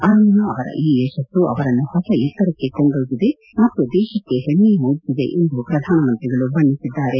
ಅರುಣಿಮಾ ಅವರ ಈ ಯಶಸ್ಸು ಅವರನ್ನು ಹೊಸ ಎತ್ತರಕ್ಕೆ ಕೊಂಡೊಯ್ದಿದೆ ಮತ್ತು ದೇಶಕ್ಕೆ ಹೆಮ್ಮೆ ಮೂಡಿಸಿದೆ ಎಂದು ಪ್ರಧಾನಮಂತ್ರಿಗಳು ಬಣ್ಣಿಸಿದ್ದಾರೆ